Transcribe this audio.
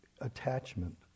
attachment